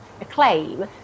acclaim